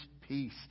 peace